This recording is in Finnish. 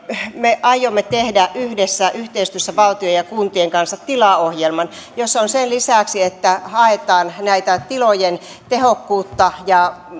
me aiomme tehdä yhdessä yhteistyössä valtion ja kuntien kanssa tilaohjelman jossa sen lisäksi että haetaan tätä tilojen tehokkuutta ja